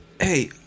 Hey